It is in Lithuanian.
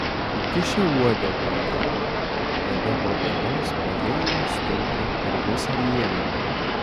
įkišę uodegą į narvą pėda po pėdos pradėjome stumti ir visą liemenį